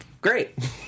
great